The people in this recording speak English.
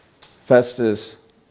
Festus